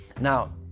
Now